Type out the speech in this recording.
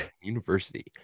University